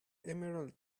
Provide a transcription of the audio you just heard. emerald